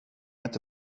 inte